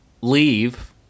leave